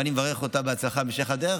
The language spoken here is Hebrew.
ואני מברך אותה בהצלחה בהמשך הדרך.